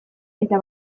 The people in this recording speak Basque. eta